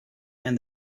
and